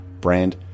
brand